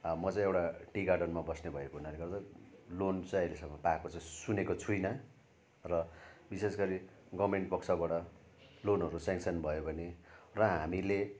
म चाहिँ एउटा टी गार्डेनमा बस्ने भएको हुनाले गर्दा लोन चाहिँ अहिलेसम्म पाएको चाहिँ सुनेको छुइनँ र विशेष गरी गभर्नमेन्ट पक्षबाट लोनहरू सेङ्सन भयो भने र हामीले